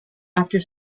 after